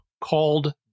called